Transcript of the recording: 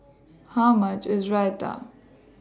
How much IS Raita